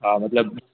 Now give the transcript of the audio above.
हा मतलबु